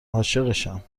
عاشقشم